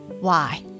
Why